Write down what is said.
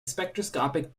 spectroscopic